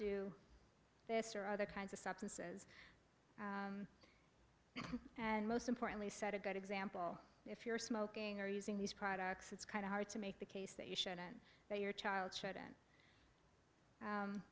do this or other kinds of substances and most importantly set a good example if you're smoking or using these products it's kind of hard to make the case that you shouldn't but your child shouldn't